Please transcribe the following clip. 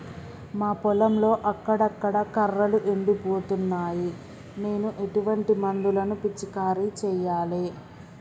మా పొలంలో అక్కడక్కడ కర్రలు ఎండిపోతున్నాయి నేను ఎటువంటి మందులను పిచికారీ చెయ్యాలే?